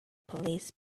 police